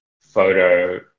photo